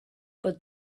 but